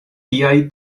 tiaj